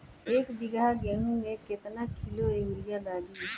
एक बीगहा गेहूं में केतना किलो युरिया लागी?